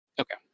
Okay